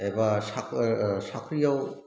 एबा साख्रियाव